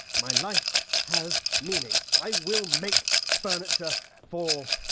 my life has meaning! i will make furniture for